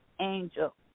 angel